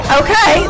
okay